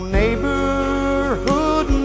neighborhood